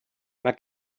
mae